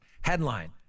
Headline